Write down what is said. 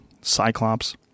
cyclops